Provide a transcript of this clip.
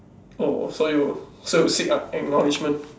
orh so you so you seek ack~ acknowledgement